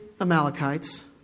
Amalekites